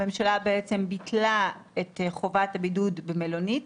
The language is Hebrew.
הממשלה ביטלה את חובת הבידוד במלונית,